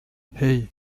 hey